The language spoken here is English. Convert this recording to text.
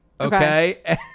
Okay